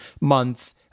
month